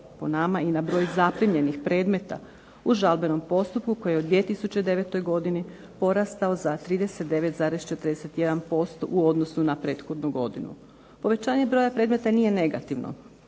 po nama i na broj zaprimljenih predmeta u žalbenom postupku koji je u 2009. godini porastao za 39,41% u odnosu na prethodnu godinu. Povećanje broja predmeta nije negativno